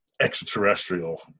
extraterrestrial